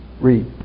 read